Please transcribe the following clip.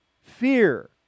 fear